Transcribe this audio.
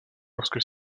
lorsque